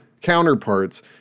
counterparts